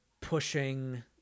pushing